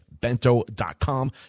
bento.com